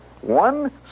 One